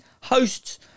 hosts